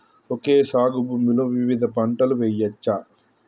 Okay సాగు భూమిలో వివిధ పంటలు వెయ్యచ్చా?